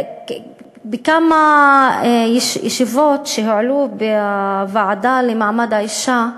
בכמה ישיבות בוועדה לקידום מעמד האישה,